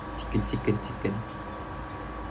chicken chicken chicken